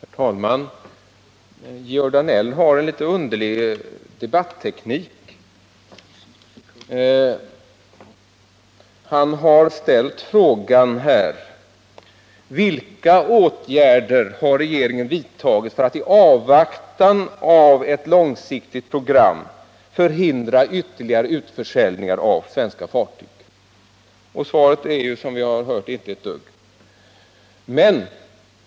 Herr talman! Georg Danell har en litet underlig debatteknik. Han har ställt frågan: Vilka åtgärder har regeringen vidtagit för att i avvaktan på ett långsiktigt program förhindra ytterligare utförsäljningar av svenska fartyg? Svaret är, som vi har hört: Inte ett dugg.